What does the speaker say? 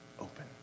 open